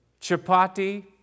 chapati